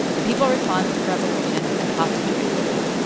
the people respond with a revolution and hostage crisis.